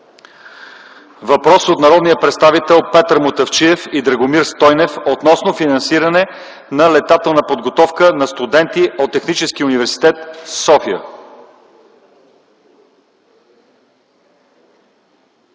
Въпрос от народния представител Петър Мутафчиев и Драгомир Стойнев относно финансиране на летателна подготовка на студенти от Техническия университет - София.